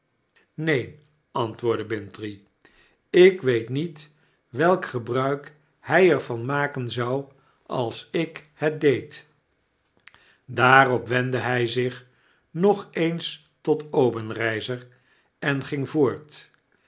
neen antwoordde bintrey ik weet niet welk gebruik hij er van maken zou als ik het deed daarop wendde hy zich nog eens tot obenreizer en ging voort